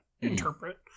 interpret